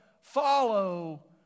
follow